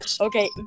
Okay